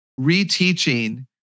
Reteaching